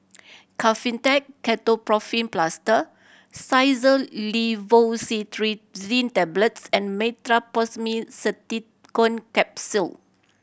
Kefentech Ketoprofen Plaster Xyzal Levocetirizine Tablets and Meteospasmyl Simeticone Capsule